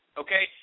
okay